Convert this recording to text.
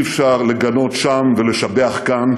אי-אפשר לגנות שם ולשבח כאן.